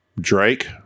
Drake